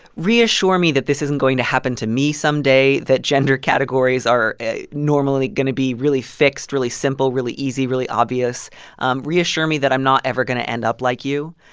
reassure me that this isn't going to happen to me someday, that gender categories are normally going to be really fixed, really simple, really easy, really obvious um reassure me that i'm not ever going to end up like you.